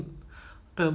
ya